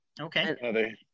Okay